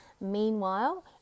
meanwhile